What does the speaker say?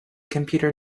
computer